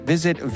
Visit